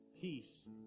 peace